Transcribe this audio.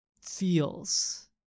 feels